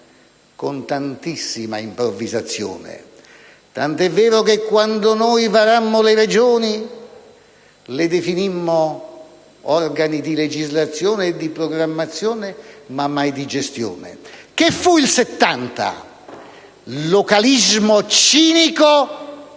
con tantissima improvvisazione, tant'è vero che quando noi varammo le Regioni le definimmo organi di legislazione e di programmazione, ma mai di gestione? Che fu il 1970? Localismo cinico e